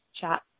chat